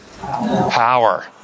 power